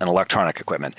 and electronic equipment.